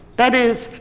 that is,